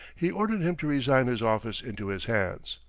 he ordered him to resign his office into his hands.